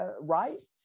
rights